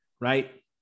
right